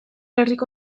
herriko